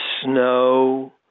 snow